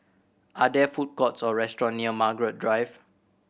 are there food courts or restaurant near Margaret Drive